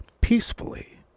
peacefully